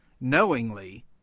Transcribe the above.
knowingly